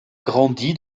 grandi